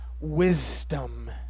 wisdom